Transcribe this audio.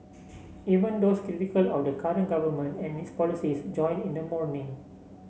even those critical of the current government and its policies joined in the mourning